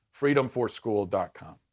freedomforschool.com